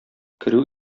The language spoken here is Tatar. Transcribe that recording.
керү